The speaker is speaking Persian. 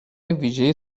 ویژه